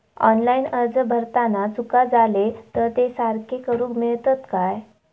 Online अर्ज भरताना चुका जाले तर ते सारके करुक मेळतत काय?